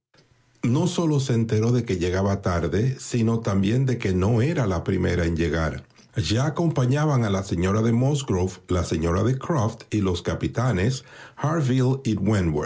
no sólo se enteró de que llegaba tarde sino también de que no era la primera en llegar ya acompañaban a la señora de musgrove la señora de croft y los capitanes